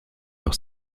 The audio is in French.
leur